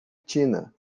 tina